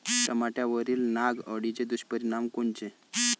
टमाट्यावरील नाग अळीचे दुष्परिणाम कोनचे?